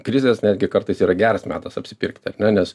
krizės netgi kartais yra geras metas apsipirkti ar ne nes